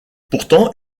pourtant